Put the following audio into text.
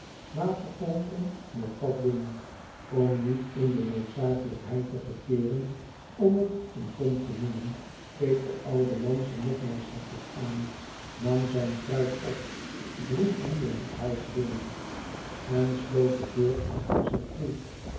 water pompen met dat ding om niet in de noodzakelijkheid te verkeeren om t een pomp te noemen keek de oude man ze nogmaals heftig aan nam zijn kruik op droeg die een hoekhuis binnen en sloot de deur achter zich toe